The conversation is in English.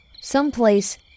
someplace